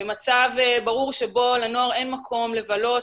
במצב ברור שבו אין לנוער מקום לבלות,